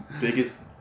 biggest